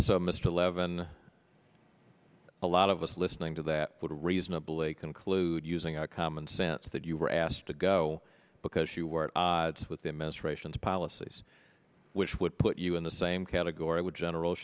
mr eleven a lot of us listening to that would reasonably conclude using our common sense that you were asked to go because you were at odds with the administration's policies which would put you in the same category with general